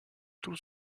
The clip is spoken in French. tout